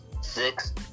Six